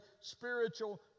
spiritual